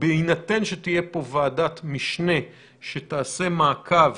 בהינתן שתהיה פה ועדת משנה שתעשה מעקב